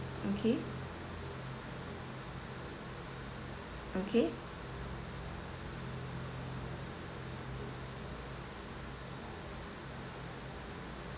okay okay